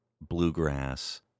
bluegrass